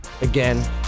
again